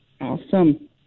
Awesome